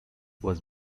was